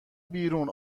بیرون